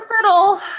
fiddle